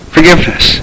Forgiveness